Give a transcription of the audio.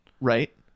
Right